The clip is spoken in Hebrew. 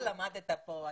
אתה למדת פה,